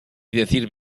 decir